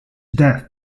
death